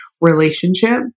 relationship